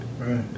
Right